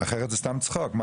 אחרת זה סתם צחוק.